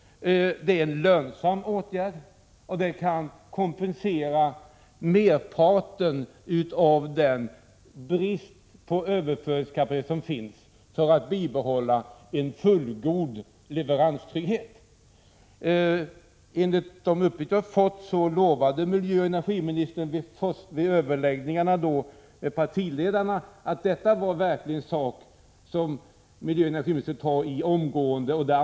Det är en lönsam åtgärd, och den kan till stor del kompensera den brist på överföringskapacitet som finns för att bibehålla en fullgod leveranstrygghet. Enligt de uppgifter jag har fått lovade miljöoch energiministern vid de första överläggningarna med partiledarna att detta verkligen var någonting som hon omgående skulle ta tag i.